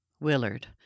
Willard